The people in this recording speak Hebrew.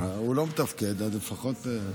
הוא לא מתפקד, אז לפחות.